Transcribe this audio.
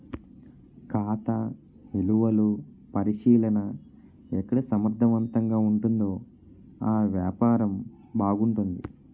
ఖాతా నిలువలు పరిశీలన ఎక్కడ సమర్థవంతంగా ఉంటుందో ఆ వ్యాపారం బాగుంటుంది